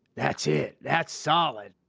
that's it. that's solid.